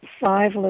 five